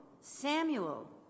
Samuel